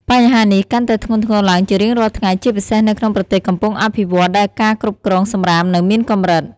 បញ្ហានេះកាន់តែធ្ងន់ធ្ងរឡើងជារៀងរាល់ថ្ងៃ ជាពិសេសនៅក្នុងប្រទេសកំពុងអភិវឌ្ឍន៍ ដែលការគ្រប់គ្រងសំរាមនៅមានកម្រិត។